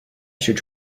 should